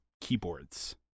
keyboards